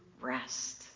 rest